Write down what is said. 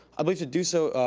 i believe to do so,